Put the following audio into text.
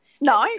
No